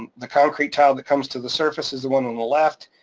and the concrete tile that comes to the surface is the one on the left.